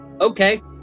okay